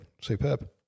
Superb